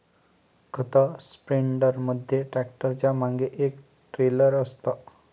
खत स्प्रेडर मध्ये ट्रॅक्टरच्या मागे एक ट्रेलर असतं